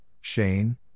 Shane